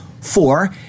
Four